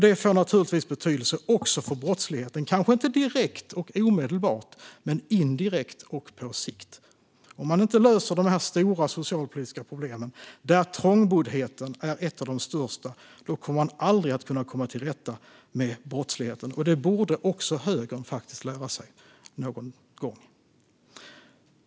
Detta får naturligtvis betydelse även för brottsligheten, kanske inte direkt och omedelbart men indirekt och på sikt. Om man inte löser dessa stora socialpolitiska problem, varav trångboddheten är ett av de största, kommer man aldrig att kunna komma till rätta med brottsligheten. Detta borde faktiskt också högern lära sig någon gång.